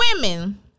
women